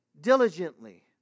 diligently